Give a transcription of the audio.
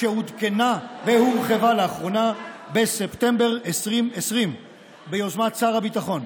שעודכנה והורחבה לאחרונה בספטמבר 2020 ביוזמת שר הביטחון,